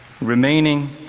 remaining